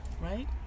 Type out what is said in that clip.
right